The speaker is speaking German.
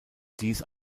dies